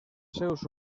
seus